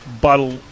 bottle